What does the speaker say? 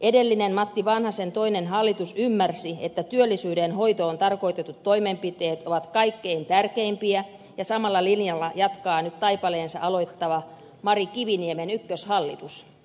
edellinen matti vanhasen toinen hallitus ymmärsi että työllisyyden hoitoon tarkoitetut toimenpiteet ovat kaikkein tärkeimpiä ja samalla linjalla jatkaa nyt taipaleensa aloittava mari kiviniemen ykköshallitus